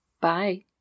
Bye